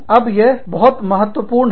अब यह बहुत महत्वपूर्ण है